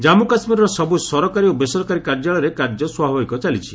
ଜମ୍ମୁ କାଶ୍ମୀରର ସବୁ ସରକାରୀ ଓ ବେସରକାରୀ କାର୍ଯ୍ୟାଳୟରେ କାର୍ଯ୍ୟ ସ୍ୱାଭାବିକ ଚାଲିଛି